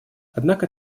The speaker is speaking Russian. однако